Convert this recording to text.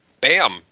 bam